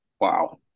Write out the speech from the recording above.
Wow